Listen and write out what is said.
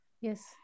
Yes